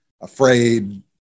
afraid